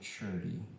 maturity